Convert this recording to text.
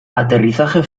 aterrizaje